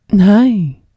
hi